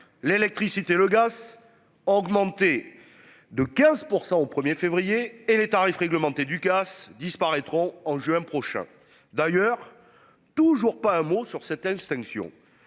l'électricité, le gaz. Augmenter de 15% au 1er février et les tarifs réglementés du. Disparaîtront en juin prochain. D'ailleurs toujours pas un mot sur cette extinction.